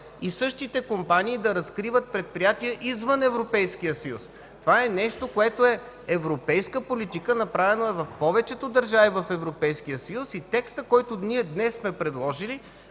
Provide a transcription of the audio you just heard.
и същите компании да разкриват предприятия извън Европейския съюз. Това е европейска политика, направена в повечето държави в Европейския съюз. Текстът, който днес сме предложили,